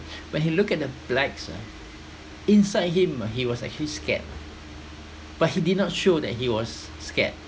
when he looked at the blacks ah inside him ah he was actually scared but he did not show that he was scared